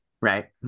Right